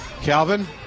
Calvin